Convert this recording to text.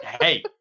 hey